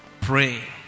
Pray